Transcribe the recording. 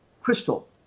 crystal